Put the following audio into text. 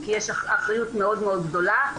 כי יש אחריות מאוד מאוד גדולה,